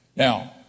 Now